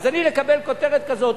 אז אני מקבל כותרת כזאת.